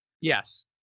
Yes